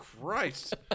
Christ